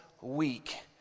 week